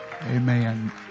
Amen